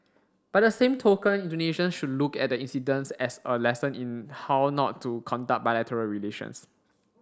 by the same token Indonesians should look at the incident as a lesson in how not to conduct bilateral relations